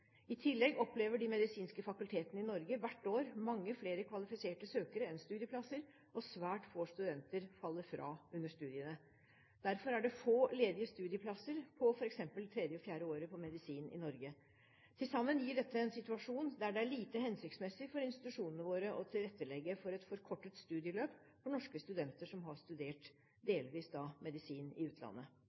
I tillegg opplever de medisinske fakultetene i Norge hvert år mange flere kvalifiserte søkere enn studieplasser, og svært få studenter faller fra under studiene. Derfor er det få ledige studieplasser på f.eks. 3. og 4. året på medisin i Norge. Til sammen gir dette en situasjon der det er lite hensiktsmessig for institusjonene våre å tilrettelegge for et forkortet studieløp for norske studenter som har studert delvis medisin i utlandet.